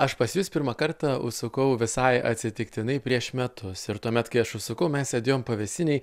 aš pas jus pirmą kartą užsukau visai atsitiktinai prieš metus ir tuomet kai aš užsukau mes sėdėjom pavėsinėj